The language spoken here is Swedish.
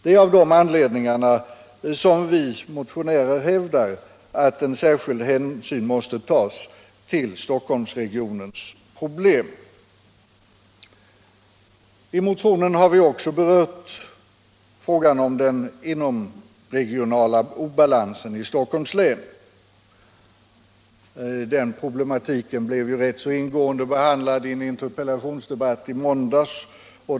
Det är av de anledningarna som vi motionärer hävdar att en särskild hänsyn måste tas till Stockholmsregionens problem. I motionen har vi också berört frågan om den inomregionala obalansen i Stockholms län. Den problematiken blev rätt ingående behandlad i en interpellationsdebatt i måndags.